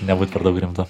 nebūt per daug rimtu